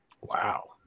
Wow